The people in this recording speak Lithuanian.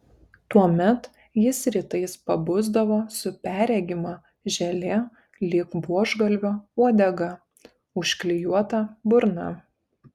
tuomet jis rytais pabusdavo su perregima želė lyg buožgalvio uodega užklijuota burna